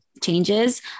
changes